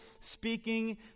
speaking